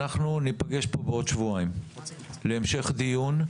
אנחנו ניפגש פה בעוד שבועיים להמשך דיון,